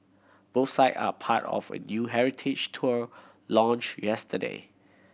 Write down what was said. both site are part of a new heritage tour launched yesterday